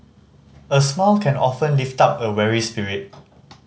a smile can often lift up a weary spirit